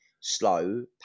slow